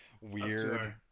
weird